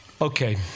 Okay